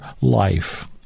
life